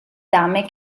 dame